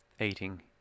eating